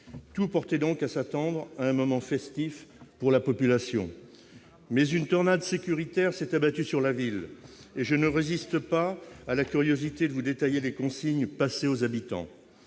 Tout portait donc à s'attendre à un moment festif pour la population ... Las, une tornade sécuritaire s'est abattue sur la ville. Je ne résiste pas à l'envie de vous détailler les consignes passées aux habitants